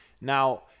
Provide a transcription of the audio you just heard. Now